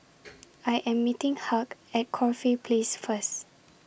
I Am meeting Hugh At Corfe Place First